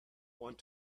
want